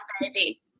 baby